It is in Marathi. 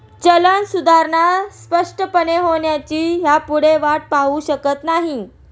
चलन सुधारणा स्पष्टपणे होण्याची ह्यापुढे वाट पाहु शकत नाही